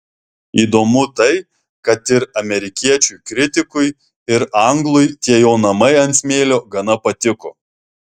įdomu tai kad ir amerikiečiui kritikui ir anglui tie jo namai ant smėlio gana patiko